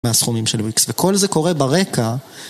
מהסכומים של וויקס, וכל זה קורה ברקע.